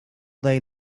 they